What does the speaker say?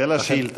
ולשאילתה.